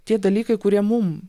tie dalykai kurie mum